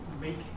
make